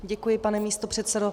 Děkuji, pane místopředsedo.